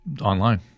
online